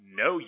no